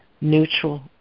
neutral